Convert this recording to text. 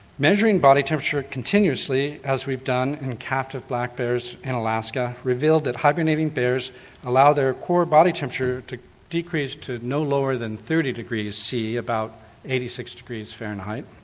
measuring body temperature continuously as we have done in captive black bears in alaska revealed that hibernating bears allow their core body temperature to decrease to no lower than thirty degrees centigrade, about eighty six degrees fahrenheit.